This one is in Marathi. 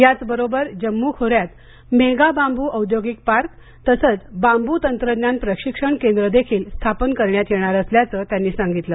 याच बरोबर जम्मू खोर्यात मेगा बांबू औद्योगिक पार्क तसंच बांबू तंत्रज्ञान प्रशिक्षण केंद्र देखील स्थापना करण्यात येणार असल्याचं त्यांनी सांगितलं